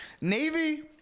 Navy